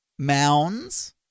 Mounds